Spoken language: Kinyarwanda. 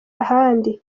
ahandi